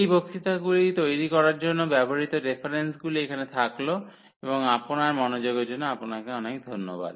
এই বক্তৃতাগুলি তৈরি করার জন্য ব্যবহৃত রেফারেন্সগুলি এখানে থাকলো এবং আপনার মনোযোগের জন্য আপনাকে অনেক ধন্যবাদ